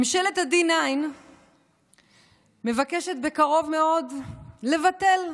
ממשלת ה-D9 מבקשת בקרוב מאוד לבטל,